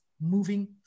moving